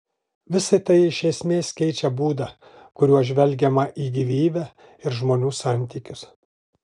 visa tai iš esmės keičia būdą kuriuo žvelgiama į gyvybę ir žmonių santykius